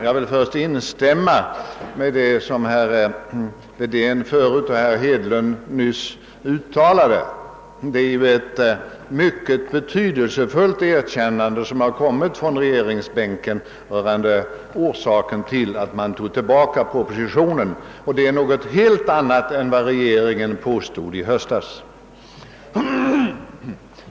Jag vill till att börja med instämma i det som tidigare herr Wedén och nyss herr Hedlund uttalade: det är ett mycket betydelsefullt erkännande som gjorts från regeringsbänken rörande vad som orsakat tillbakadragandet av propositionen. Vad som nu sagts är någonting helt annat än det regeringen påstod i höstas.